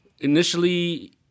Initially